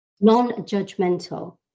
non-judgmental